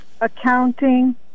accounting